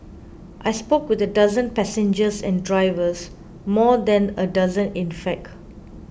I spoke with a dozen passengers and drivers more than a dozen in fact